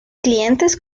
clientes